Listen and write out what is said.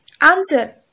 Answer